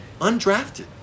Undrafted